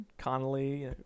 Connolly